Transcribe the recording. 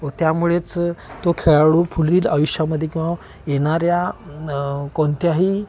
व त्यामुळेच तो खेळाडू पुढील आयुष्यामध्ये किंवा येणाऱ्या कोणत्याही